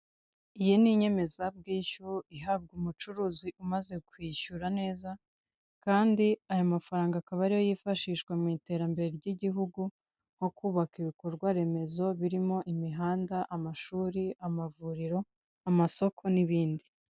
Iyi ni inyemezabwishyu ihabwa umucuruzi umaze kwishyura neza, kandi aya mafaranga akaba ariyo yifashishwa mu iterambere ry'Igihugu nko kubaka ibikorwaremezo birimo imihanda, amashuri, amavuriro, amasoko n'ibindi.